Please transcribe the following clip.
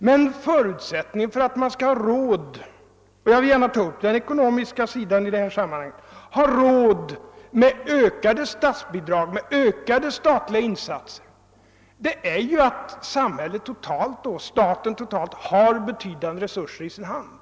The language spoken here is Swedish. Men förutsättningen för att man skall ha råd — jag vill gärna ta upp den ekonomiska sidan av saken — med ökade statsbidrag och ökade statliga insatser är ju att staten totalt har betydande resurser i sin hand.